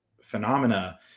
phenomena